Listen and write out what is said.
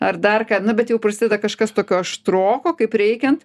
ar dar ką na bet jau prasideda kažkas tokio aštroko kaip reikiant